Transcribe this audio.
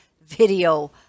video